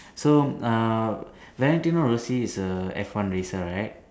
so uh Valentino Rossi is a F one racer right